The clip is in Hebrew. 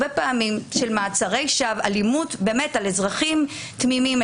מעצרי שווא ואלימות כלפי אזרחים תמימים.